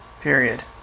period